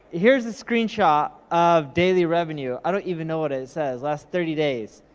here's a screenshot of daily revenue. i don't even know what it says, last thirty days.